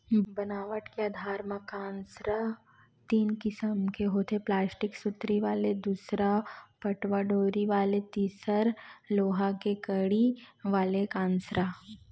बनावट के आधार म कांसरा तीन किसम के होथे प्लास्टिक सुतरी वाले दूसर पटवा डोरी वाले तिसर लोहा के कड़ी वाले कांसरा